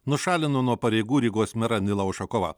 nušalino nuo pareigų rygos merą nilą ušakovą